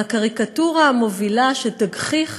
על הקריקטורה המובילה שתגחיך